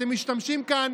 אתם משתמשים כאן